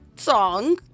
song